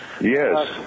Yes